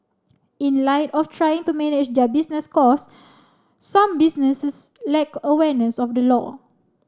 in light of trying to manage their business cost some businesses lack awareness of the law